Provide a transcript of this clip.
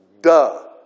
Duh